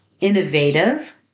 innovative